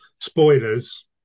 Spoilers